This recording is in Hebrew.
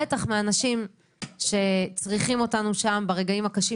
בטח מאנשים שצריכים אותנו שם ברגעים הקשים